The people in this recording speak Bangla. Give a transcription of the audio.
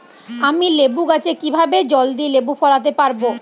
আমি লেবু গাছে কিভাবে জলদি লেবু ফলাতে পরাবো?